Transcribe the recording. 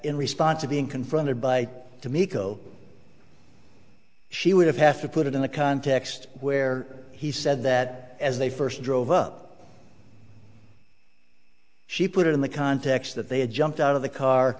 in response to being confronted by the mico she would have to put it in the context where he said that as they first drove up she put it in the context that they had jumped out of the car